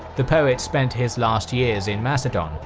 the poet spent his last years in macedon,